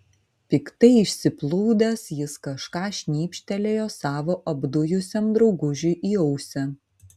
piktai išsiplūdęs jis kažką šnypštelėjo savo apdujusiam draugužiui į ausį